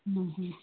ಹ್ಞೂ ಹ್ಞೂ